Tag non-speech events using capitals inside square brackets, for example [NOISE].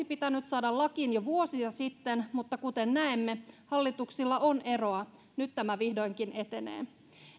[UNINTELLIGIBLE] pitänyt saada lakiin jo vuosia sitten mutta kuten näemme hallituksilla on eroa nyt tämä vihdoinkin etenee